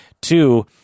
Two